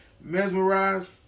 Mesmerized